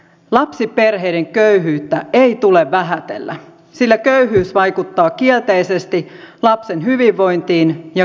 lapsiperheiden köyhyyttä ei tule vähätellä sillä köyhyys vaikuttaa kielteisesti lapsen hyvinvointiin ja kehitykseen